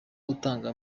utanga